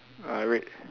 uh red